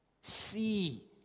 see